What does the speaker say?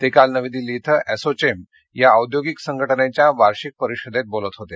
ते काल नवी दिल्ली इथं असोचेम या औद्योगिक संघटनेच्या वार्षिक परिषदेत बोलत होते